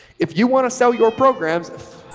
if you want to sell your programs,